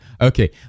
okay